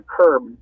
curb